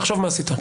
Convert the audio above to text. תחשוב מה עשית.